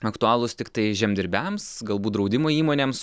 aktualūs tiktai žemdirbiams galbūt draudimo įmonėms